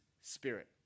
spirit